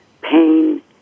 pain